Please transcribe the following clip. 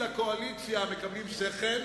כשעוברים לאופוזיציה מקבלים שכל,